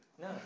No